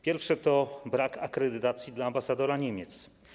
Pierwsze to brak akredytacji dla ambasadora Niemiec.